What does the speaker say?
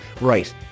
right